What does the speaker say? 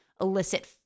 elicit